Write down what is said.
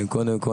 קודם כל